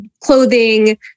clothing